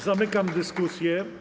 Zamykam dyskusję.